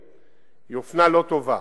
היא אופנה לא טובה.